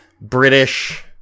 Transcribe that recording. British